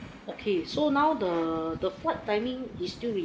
okay so now the the flight timing is still